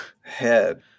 head